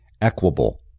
Equable